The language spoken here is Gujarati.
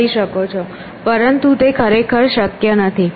પરંતુ તે ખરેખર શક્ય નથી